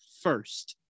first